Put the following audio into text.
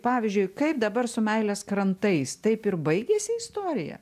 pavyzdžiui kaip dabar su meilės krantais taip ir baigėsi istorija